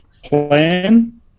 plan